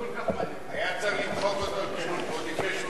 היה צריך למחוק אותו עוד לפני שהוא נתתי לאלדד